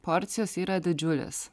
porcijos yra didžiulės